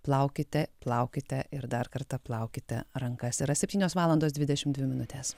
plaukite plaukite ir dar kartą plaukite rankas yra septynios valandos dvidešimt dvi minutės